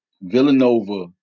Villanova